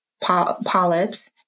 polyps